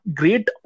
great